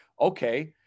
Okay